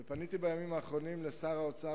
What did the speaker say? פניתי בימים האחרונים אל שר האוצר,